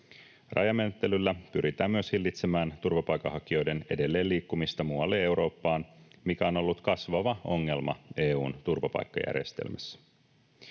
Rajamenettelyllä pyritään myös hillitsemään turvapaikanhakijoiden edelleenliikkumista muualle Eurooppaan, mikä on ollut kasvava ongelma EU:n turvapaikkajärjestelmässä.